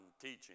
teaching